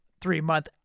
three-month